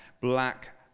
black